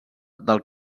del